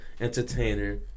entertainer